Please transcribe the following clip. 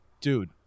Dude